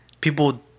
people